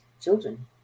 children